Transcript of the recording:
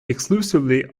exclusively